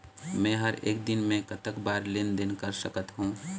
मे हर एक दिन मे कतक बार लेन देन कर सकत हों?